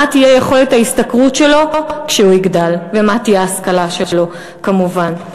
מה תהיה יכולת ההשתכרות שלו כשהוא יגדל ומה תהיה ההשכלה שלו כמובן.